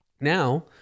Now